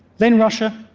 then russia,